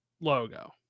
logo